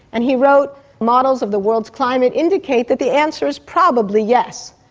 and he wrote models of the world's climate indicate that the answer is probably yes,